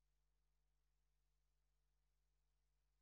15:06.)